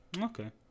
Okay